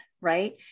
Right